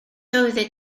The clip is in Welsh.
oeddet